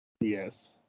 Yes